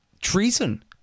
treason